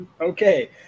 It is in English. Okay